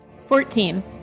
Fourteen